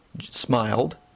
smiled